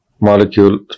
molecule